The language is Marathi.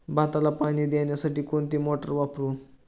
भाताला पाणी देण्यासाठी कोणती मोटार वापरू?